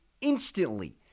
instantly